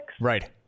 Right